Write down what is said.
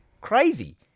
crazy